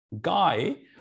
guy